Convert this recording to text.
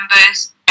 members